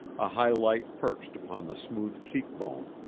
a highlight perched upon the smooth cheekbone,